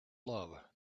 love